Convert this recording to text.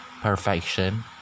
perfection